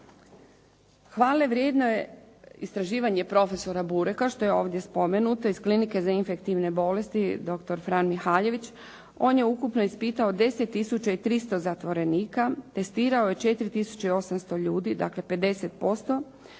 Hvalevrijedno je istraživanje profesora Bureka, što je ovdje spomenuto, iz Klinike za infektivne bolesti "Dr. Fran Mihaljević". On je ukupno ispitao 10 tisuća i 300 zatvorenika, testirao je 4 tisuće 800 ljudi dakle 50%,